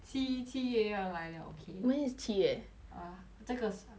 see 七月要来了 okay when is 七月 uh 这个拜三